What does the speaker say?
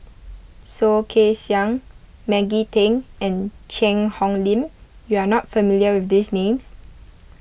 Soh Kay Siang Maggie Teng and Cheang Hong Lim you are not familiar with these names